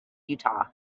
utah